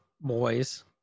boys